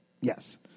Yes